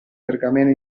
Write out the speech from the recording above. pergamena